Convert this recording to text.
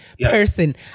person